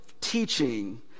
teaching